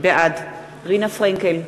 בעד רינה פרנקל,